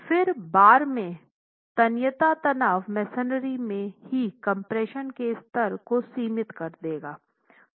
फिर बार में तन्यता तनाव मेसनरी में ही कम्प्रेशन के स्तर को सीमित कर देगा